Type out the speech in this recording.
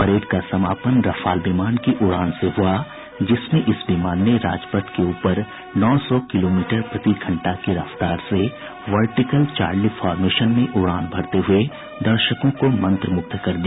parade का समापन Rafale विमान की उड़ान से हुआ जिसमें इस विमान ने राजपथ के ऊपर नौ सौ किलोमीटर प्रतिघंटा की रफ्तार से वर्टिकल चार्ली फॉर्मेशन में उड़ान भरते हुए दर्शकों को मंत्रमुग्ध कर दिया